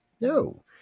no